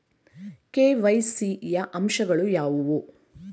KYC ಯ ಅಂಶಗಳು ಯಾವುವು?